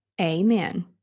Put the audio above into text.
Amen